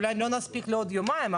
אולי לא נספיק לעוד יומיים,